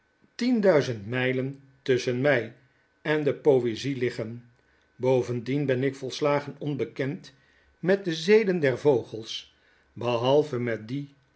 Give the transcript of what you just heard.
duizend mylen tusschen mij en de poezie liggen bovendien ben ik volsiagen onbekend met ae zeden der vogels behalve met die